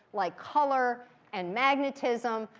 like color and magnetism.